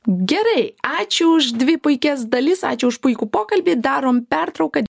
gerai ačiū už dvi puikias dalis ačiū už puikų pokalbį darom pertrauką